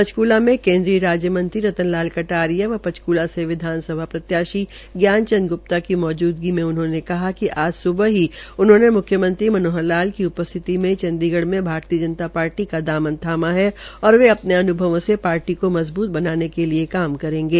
पंचकूला में केन्द्रीय राज्य मंत्री रतन लाल कटारिया व पंचकूला से विधासभा प्रत्याशी व ज्ञान चंद गुप्ता भी मौजूदगी में उन्होंने कहा कि आज सुबह ही उन्होंने मुख्यमंत्री मनोहर लाल की मौजूदगी में चंडीगढ़ में भारतीय जनता पार्टी का दामन थामा है और वे अपने अन्भवों से से पार्टी को मजबूत बनाने के लिए काम करेंगे